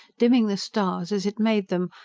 dimming the stars as it made them,